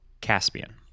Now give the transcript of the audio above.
Caspian